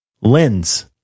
lens